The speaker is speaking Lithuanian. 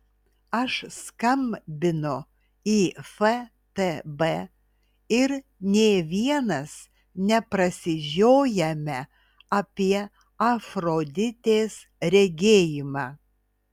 aš skambinu į ftb ir nė vienas neprasižiojame apie afroditės regėjimą